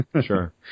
Sure